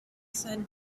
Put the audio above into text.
said